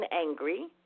angry